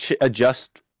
adjust